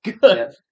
good